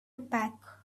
pack